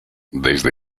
desde